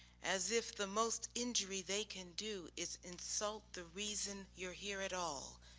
as if the most injury they can do is insult the reason you're here at all,